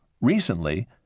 Recently